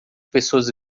pessoas